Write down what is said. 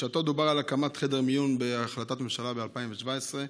בשעתו דובר על הקמת חדר מיון בהחלטת ממשלה בשנת 2017,